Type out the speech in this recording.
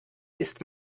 ist